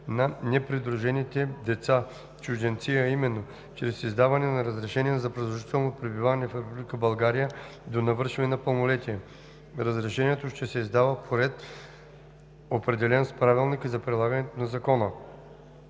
на непридружените деца-чужденци, а именно чрез издаване на разрешение за продължително пребиваване в Република България до навършване на пълнолетие. Разрешението ще се издава по ред, определен с Правилника за прилагане на закона.